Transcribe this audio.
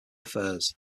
affairs